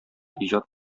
иҗат